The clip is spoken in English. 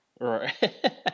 Right